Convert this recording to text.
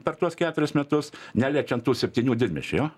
per tuos keturis metus neliečiant tų septynių didmiesčių jo